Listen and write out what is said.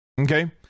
Okay